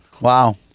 Wow